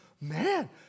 man